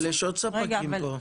אבל יש עוד ספקים פה.